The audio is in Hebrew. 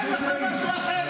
אלה רוצחים,